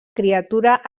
criatura